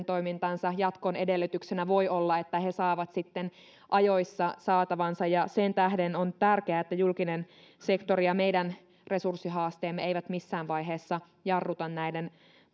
toimintansa jatkon edellytyksenä voi olla että he he saavat sitten ajoissa saatavansa ja sen tähden on tärkeää että julkinen sektori ja meidän resurssihaasteemme eivät missään vaiheessa jarruta näiden